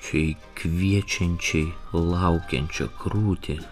čia į kviečiančiai laukiančią krūtį